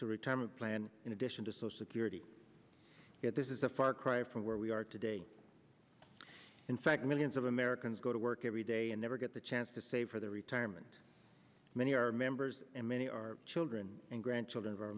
a retirement plan in addition to so security that this is a far cry from where we are today in fact millions of americans go to work every day and never get the chance to save for their retirement many are members and many are children and grandchildren